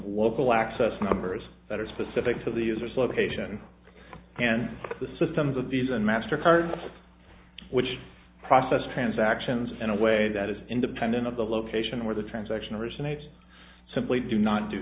local access numbers that are specific to the user's location and the systems of these and master cards which processed transactions in a way that is independent of the location where the transaction originates simply do not do